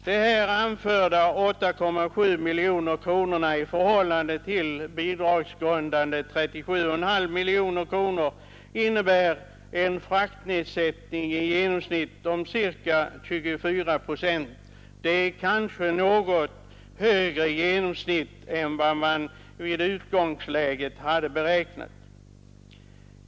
De här anförda 8,7 miljonerna innebär i förhållande till bidragsgrundande 37,5 miljoner kronor en fraktnedsättning om i genomsnitt 24 procent; det är kanske ett något högre genomsnitt än man i utgångsläget hade beräknat.